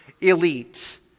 elite